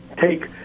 take